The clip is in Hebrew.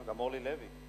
גם אורלי לוי.